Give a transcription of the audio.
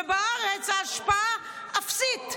ובארץ ההשפעה אפסית,